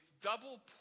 double